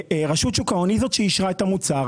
רשות שוק ההון היא זאת שאישרה את המוצר,